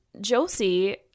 Josie